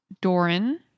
Doran